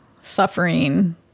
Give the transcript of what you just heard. suffering